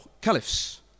caliphs